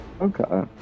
okay